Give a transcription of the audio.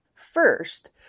First